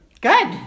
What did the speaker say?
Good